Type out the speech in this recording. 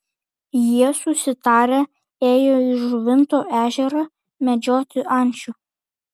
jie susitarę ėjo į žuvinto ežerą medžioti ančių